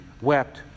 wept